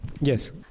Yes